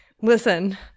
Listen